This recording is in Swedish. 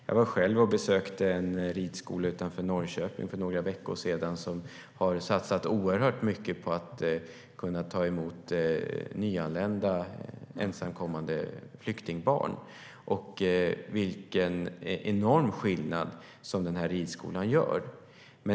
Jag var själv och besökte en ridskola utanför Norrköping för några veckor sedan som har satsat oerhört mycket på att kunna ta emot nyanlända ensamkommande flyktingbarn och såg vilken enorm skillnad som ridskolan gör.